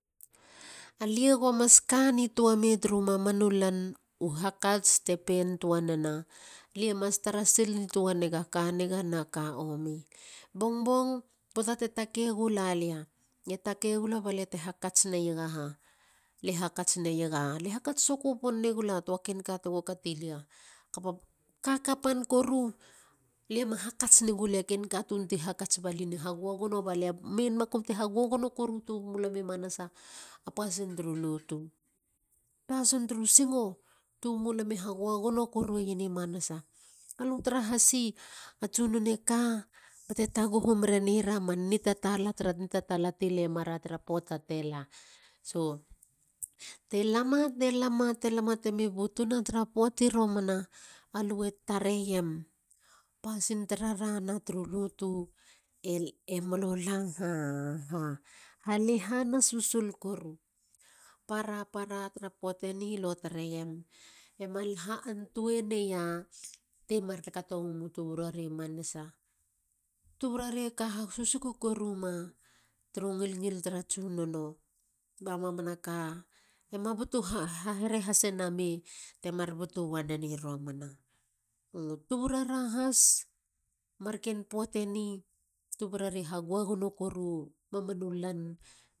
Alie gomas kqantoa mei u hakats te pentoa nena lie mas tarasil nitoa nega ka niga na ka omi. Bongbong. poata te takei gulalia a pasin turu singo. a pasin turu lotu. Pasin turu singo. tubu mulami hagoagono korueien i manasa. Hatsunone kantoa gono mere no ra turu mamanu lan. Poati romana pasin lararei na tru lotu e molo la halina susul koruna tuburare ka susuku koruma turu ni ngilngil tara tsunono. Tuburare ha goagono hasi u mamanu lan.